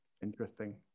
Interesting